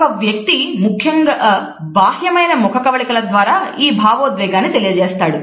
ఒక వ్యక్తి ముఖ్యంగా బాహ్యమైన ముఖ కవళికల ద్వారా ఈ భావోద్వేగాన్ని తెలియజేస్తాడు